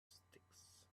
sticks